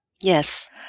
Yes